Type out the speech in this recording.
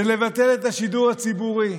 זה לבטל את השידור הציבורי,